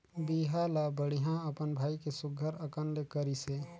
बिहा ल बड़िहा अपन भाई के सुग्घर अकन ले करिसे